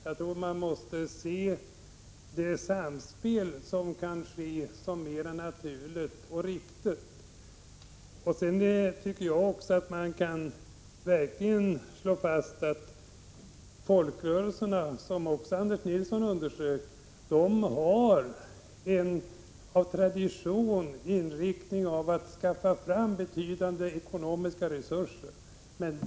Jag tror att man måste se det samspel som kan ske som mera naturligt och riktigt. Jag tycker också att man verkligen kan slå fast att folkrörelserna, vilket även Anders Nilsson underströk, av tradition har en inriktning att skaffa fram betydande ekonomiska resurser.